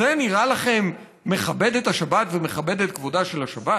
זה נראה לכם מכבד את השבת ומכבד את כבודה של השבת?